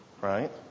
right